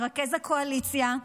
מרכז הקואליציה,